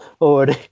already